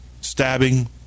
Stabbing